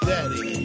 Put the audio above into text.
Daddy